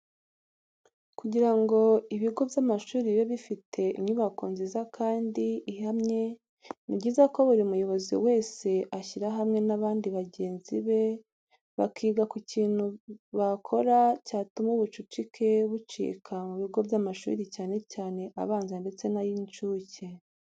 Kugira ngo ibigo by'amashuri bibe bifite inyubako nziza kandi ihamye ni byiza ko buri muyobozi wese ashyira hamwe n'abandi bagenzi be bakiga ku kintu bakora cyatuma ubucucike bucika mu bigo by'amashuri cyane cyane abanza ndetse n'ay'incuke.